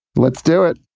let's do it